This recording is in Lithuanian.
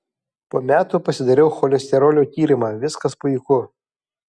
po metų pasidariau cholesterolio tyrimą viskas puiku